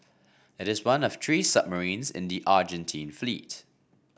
it is one of three submarines in the Argentine fleet